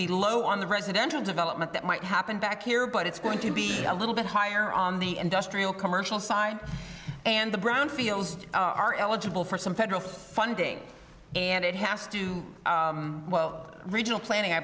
be low on the residential development that might happen back here but it's going to be a little bit higher on the industrial commercial side and the brownfields are eligible for some federal funding and it has to do well regional planning i